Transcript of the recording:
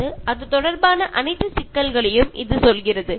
ഇത് നമുക്ക് കാലാവസ്ഥാ വ്യതിയാനത്തിന്റെ പ്രശ്നങ്ങളെക്കുറിച്ച് പറഞ്ഞു തരുന്നു